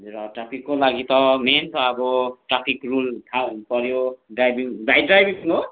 हेर ट्राफिकको लागि त मेन त अब ट्राफिक रुल थाहा हुनुपऱ्यो ड्राइभिङ भाइ हो